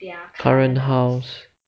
current house